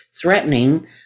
threatening